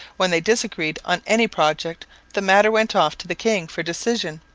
when they disagreed on any project the matter went off to the king for decision,